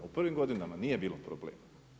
U prvim godinama nije bilo problema.